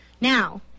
now